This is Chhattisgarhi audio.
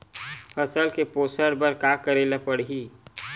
फसल के पोषण बर का करेला पढ़ही?